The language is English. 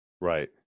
Right